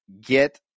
get